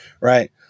right